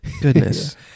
goodness